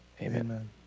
amen